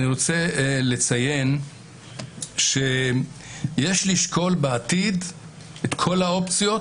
אני רוצה לציין שיש לשקול בעתיד את כל האופציות